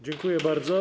Dziękuję bardzo.